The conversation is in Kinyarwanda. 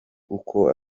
uko